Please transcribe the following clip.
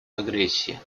агрессии